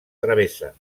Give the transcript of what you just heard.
travessa